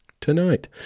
tonight